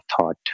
thought